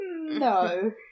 No